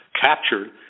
captured